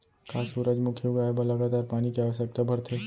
का सूरजमुखी उगाए बर लगातार पानी के आवश्यकता भरथे?